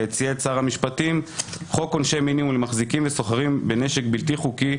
צייץ שר המשפטים: חוק עונשי מינימום למחזיקים וסוחרים בנשק בלתי חוקי,